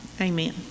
amen